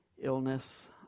illness